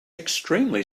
extremely